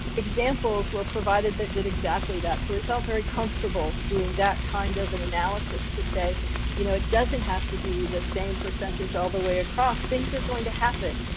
examples were provided that did exactly that, so we felt very comfortable doing that kind of an analysis. to say you know it doesn't have to be the same percentage all the way across things are going to happen.